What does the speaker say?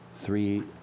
three